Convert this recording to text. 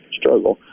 struggle